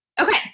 Okay